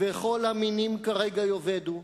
וכל המינים כרגע יאבדו,